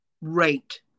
Right